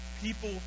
People